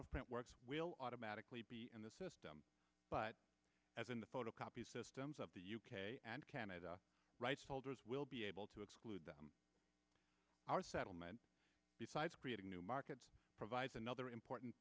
of print works will automatically be in the system but as in the photocopy systems of the u k and canada rights holders will be able to exclude them our settlement besides creating new markets provides another important